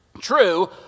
True